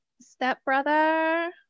Stepbrother